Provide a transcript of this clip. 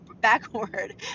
backward